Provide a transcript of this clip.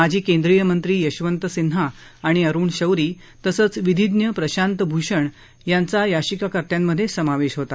माजी केंद्रीय मंत्री यशंवत सिन्हा आणि अरुण शौरी तसंच विधीज्ञ प्रशांत भूषण यांचा याचिकाकर्त्यांमधे समावेश होता